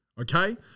Okay